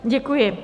Děkuji.